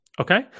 Okay